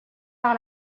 par